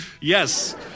Yes